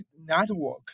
Network